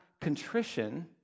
contrition